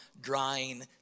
drying